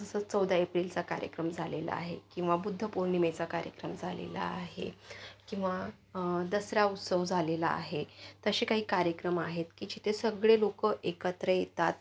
जसं चौदा एप्रिलचा कार्यक्रम झालेला आहे किंवा बुद्ध पोर्णिमेचा कार्यक्रम झालेला आहे किंवा दसरा उत्सव झालेला आहे तसे काही कार्यक्रम आहेत की जिथे सगळे लोक एकत्र येतात